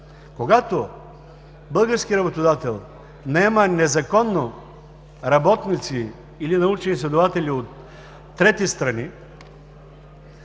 когато български работодател наема незаконно работници или научни изследователи от трети страни,